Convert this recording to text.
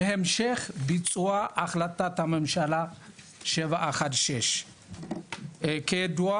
להמשך ביצוע החלטת הממשלה 716. כידוע